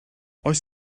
oes